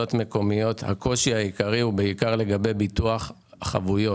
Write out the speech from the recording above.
הקושי העיקרי הוא לגבי ביטוח חבויות